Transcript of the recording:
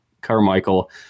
Carmichael